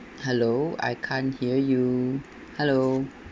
hello I can't hear you hello